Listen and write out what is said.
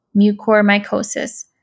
mucormycosis